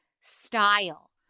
style